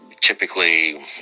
typically